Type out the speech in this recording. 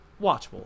watchable